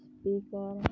speaker